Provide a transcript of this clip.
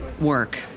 work